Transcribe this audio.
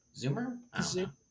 zoomer